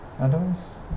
Otherwise